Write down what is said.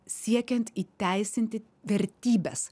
siekiant įteisinti vertybes